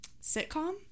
sitcom